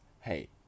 hey